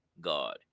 God